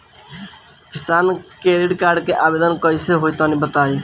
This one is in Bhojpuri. किसान क्रेडिट कार्ड के आवेदन कईसे होई तनि बताई?